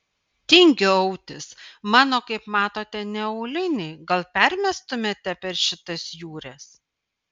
tingiu autis mano kaip matote ne auliniai gal permestumėte per šitas jūres